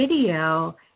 video